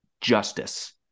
justice